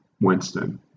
Winston